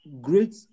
great